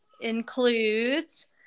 includes